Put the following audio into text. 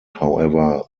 however